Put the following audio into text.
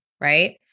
right